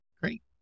Great